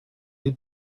need